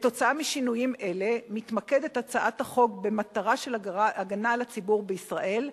כתוצאה משינויים אלה מתמקדת הצעת החוק במטרה של הגנה על הציבור בישראל,